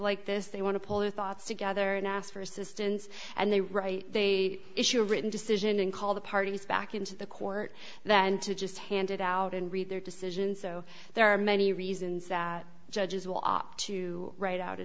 like this they want to pull the thoughts together and ask for assistance and they write they issue a written decision and call the parties back into the court that and to just hand it out and read their decision so there are many reasons that judges will opt to write out a